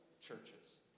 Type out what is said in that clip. churches